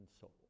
soul